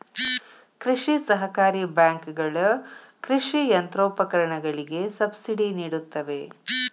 ಕೃಷಿ ಸಹಕಾರಿ ಬ್ಯಾಂಕುಗಳ ಕೃಷಿ ಯಂತ್ರೋಪಕರಣಗಳಿಗೆ ಸಬ್ಸಿಡಿ ನಿಡುತ್ತವೆ